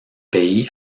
pays